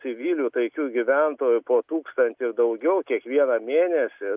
civilių taikių gyventojų po tūkstantį ir daugiau kiekvieną mėnesį